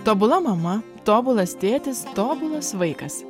tobula mama tobulas tėtis tobulas vaikas